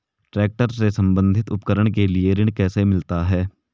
Tractor से संबंधित उपकरण के लिए ऋण कैसे मिलता है?